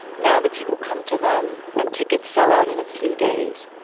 now the people come to them and tickets sell out in a few days.